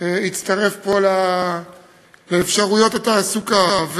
הצטרף פה לאפשרויות התעסוקה,